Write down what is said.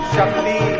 Shakti